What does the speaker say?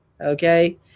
okay